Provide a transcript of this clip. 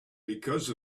because